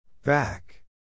Back